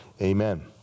Amen